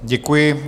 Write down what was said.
Děkuji.